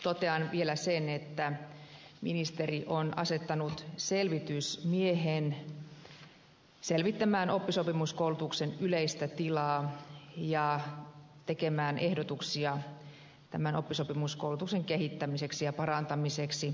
totean vielä sen että ministeri on asettanut selvitysmiehen selvittämään oppisopimuskoulutuksen yleistä tilaa ja tekemään ehdotuksia oppisopimuskoulutuksen kehittämiseksi ja parantamiseksi